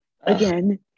Again